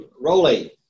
Rolly